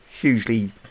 hugely